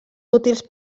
útils